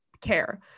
care